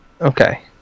okay